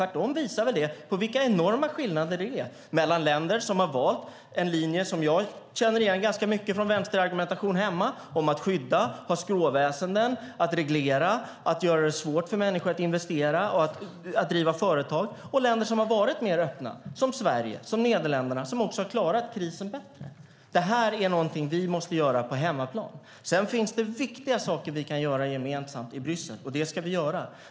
Detta visar tvärtom på vilka enorma skillnader det är mellan länder som har valt en linje som jag känner igen ganska mycket från vänsterargumentationen hemma - det handlar om att skydda, ha skråväsen, att reglera och att göra det svårt för människor att investera och att driva företag - och länder som har varit mer öppna, som Sverige och Nederländerna, som också har klarat krisen bättre. Det här är någonting vi måste göra på hemmaplan. Sedan finns det viktiga saker vi kan göra gemensamt i Bryssel, och det ska vi göra.